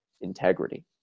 integrity